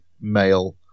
male